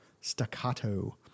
staccato